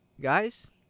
guys